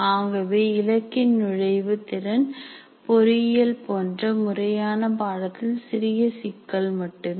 ஆகவே இலக்கின் நுழைவு திறன் பொறியியல் போன்ற முறையான பாடத்தில் சிறிய சிக்கல் மட்டுமே